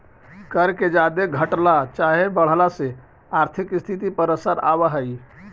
कर के जादे घटला चाहे बढ़ला से आर्थिक स्थिति पर असर आब हई